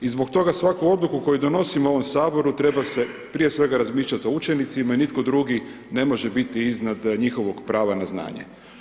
I zbog svaku odluku koju donosimo u ovom Saboru, treba se prije svega razmišljati o učenicima i nitko drugi ne može biti iznad njihovog prava na znanje.